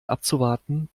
abzuwarten